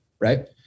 right